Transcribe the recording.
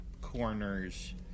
corners